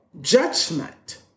Judgment